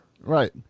Right